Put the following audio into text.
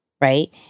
right